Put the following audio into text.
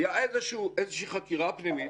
הייתה איזושהי חקירה פנימית?